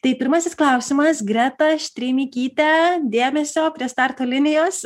tai pirmasis klausimas greta štreimikyte dėmesio prie starto linijos